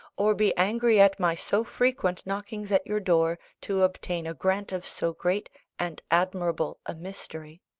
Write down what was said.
or be angry at my so frequent knockings at your door to obtain a grant of so great and admirable a mystery.